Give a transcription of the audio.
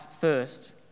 first